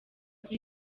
kuri